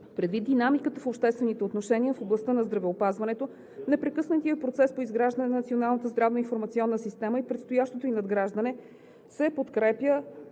Предвид динамиката в обществените отношения в областта на здравеопазването, непрекъснатият процес по изграждане на Националната здравноинформационна система и предстоящото ѝ надграждане се подкрепя